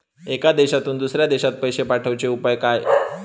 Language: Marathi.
एका देशातून दुसऱ्या देशात पैसे पाठवचे उपाय काय?